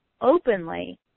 openly